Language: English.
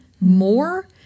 more